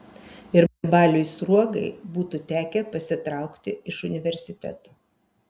ir baliui sruogai būtų tekę pasitraukti iš universiteto